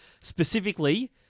specifically